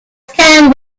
can